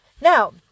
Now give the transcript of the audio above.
Now